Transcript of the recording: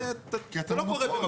זה לא קורה במקום אחר.